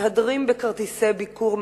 מתהדרים בכרטיסי ביקור,